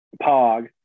Pog